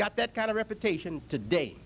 got that kind of reputation today